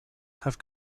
have